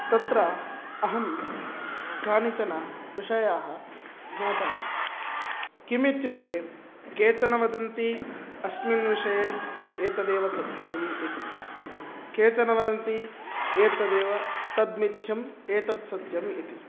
तत्र अहं कानिचन विषयाः ज्ञातवान् किमित्युक्ते केचन वदन्ति अस्मिन् विषये एतदेव सत्यम् इति केचन वदन्ति एतदेव तद्मिथ्यं एतत् सत्यम् इति